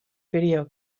video